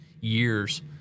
years